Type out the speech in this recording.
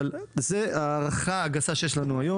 אבל זאת ההערכה הגסה שיש לנו היום.